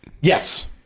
Yes